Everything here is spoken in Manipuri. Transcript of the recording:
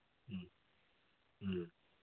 ꯎꯝ ꯎꯝ